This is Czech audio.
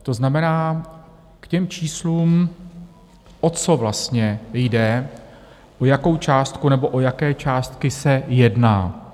To znamená k těm číslům, o co vlastně jde, o jakou částku, nebo o jaké částky se jedná.